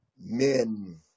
men